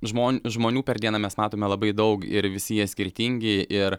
žmon žmonių per dieną mes matome labai daug ir visi jie skirtingi ir